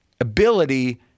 ability